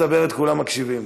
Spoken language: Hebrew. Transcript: כשאת מדברת כולם מקשיבים.